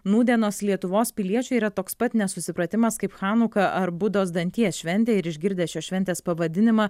nūdienos lietuvos piliečiui yra toks pat nesusipratimas kaip chanuka ar budos danties šventė ir išgirdęs šios šventės pavadinimą